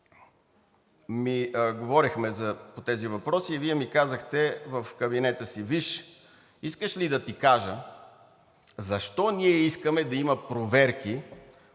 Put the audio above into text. говорехме по тези въпроси и Вие ми казахте: „Виж, искаш ли да ти кажа защо ние искаме да има проверки